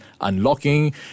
unlocking